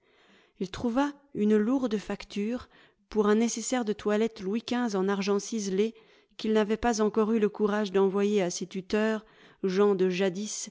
il trouva une lourde facture pour un nécessaire de toilette louis xv en argent ciselé qu'il n'avait pas encore eu le courage d'envoyer à ses tuteurs gens de jadis